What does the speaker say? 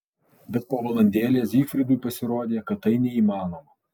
bet po valandėlės zygfridui pasirodė kad tai neįmanoma